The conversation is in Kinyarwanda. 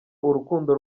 urukundo